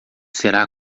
será